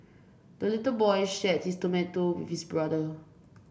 the little boy shared his tomato with brother